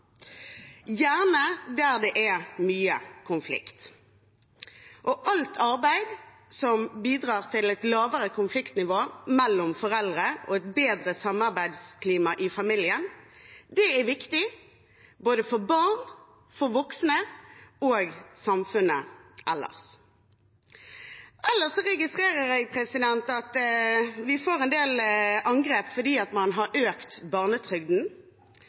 gjerne der det er mye konflikt. Alt arbeid som bidrar til et lavere konfliktnivå mellom foreldre og et bedre samarbeidsklima i familien, er viktig for både barn, voksne og samfunnet ellers. Ellers registrerer jeg at vi får en del angrep fordi man har økt barnetrygden.